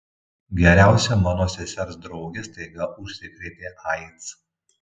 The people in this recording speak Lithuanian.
geriausia mano sesers draugė staiga užsikrėtė aids